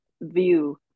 view